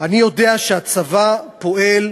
אני יודע שהצבא פועל,